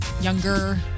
younger